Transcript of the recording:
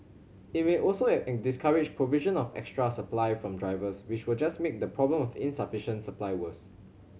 it may also discourage provision of extra supply from drivers which will just make the problem of insufficient supply worse